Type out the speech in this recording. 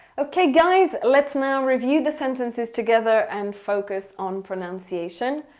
okay, guys. let's now review the sentences together and focus on pronunciation.